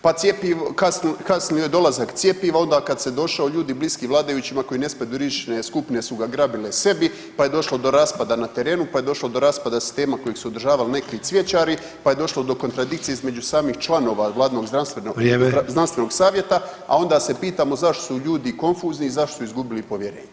Pa cjepivo, kasnio je dolazak cjepiva onda kad se došao, ljudi bliski vladajućima koji ne spadaju u rizične skupine su ga grabile sebi, pa je došlo do raspada na terenu, pa je došlo do raspada sistema kojeg su održavali neki cvjećari, pa je došlo do kontradikcije između samih članova vladinog znanstveno savjeta [[Upadica: Vrijeme.]] a onda se pitamo zašto su ljudi konfuzni i što su izgubili povjerenje.